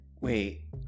Wait